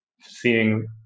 seeing